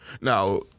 Now